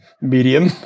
medium